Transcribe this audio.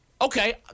Okay